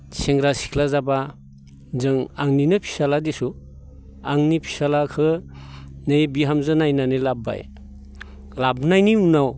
सेंग्रा सिख्ला जाब्ला जों आंनिनो फिसाज्ला देसु आंनि फिसाज्लाखो नै बिहामजो नायनानै लाबबाय लाबनायनि उनाव